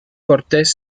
cortés